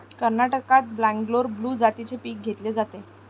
कर्नाटकात बंगलोर ब्लू जातीचे पीक घेतले जाते